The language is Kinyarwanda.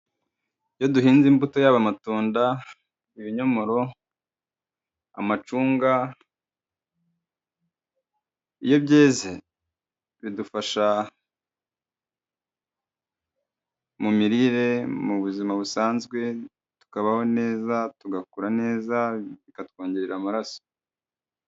Iyo duhinze imbuto yaba amatunda, ibinyomoro, amacunga, iyo byeze bidufasha mu mirire, mu buzima busanzwe, tukabaho neza, tugakura neza, bikatwongerera amaraso.